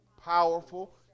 powerful